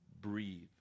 breathe